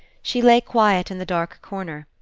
she lay quiet in the dark corner,